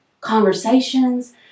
conversations